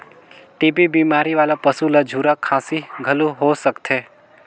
TB बेमारी वाला पसू ल झूरा खांसी घलो हो सकथे